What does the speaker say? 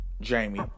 Jamie